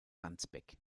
wandsbek